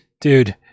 Dude